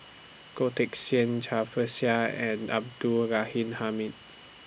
Goh Teck Sian Cai Bixia and Abdul Ghani Hamid